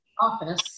office